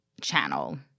channel –